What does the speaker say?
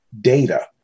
data